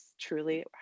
truly